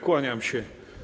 Kłaniam się.